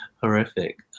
horrific